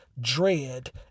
dread